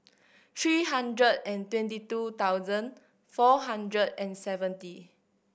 three hundred and twenty two thousand four hundred and seventy